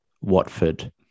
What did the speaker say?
Watford